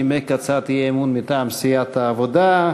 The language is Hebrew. שנימק את הצעת האי-אמון מטעם סיעת העבודה.